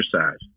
exercise